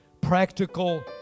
practical